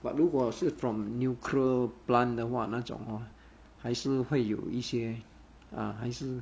but 如果是 from nuclear plant 的话那种 hor 还是会有一些 ah 还是